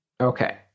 Okay